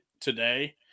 today